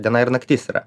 diena ir naktis yra